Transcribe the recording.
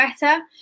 better